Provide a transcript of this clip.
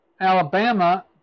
Alabama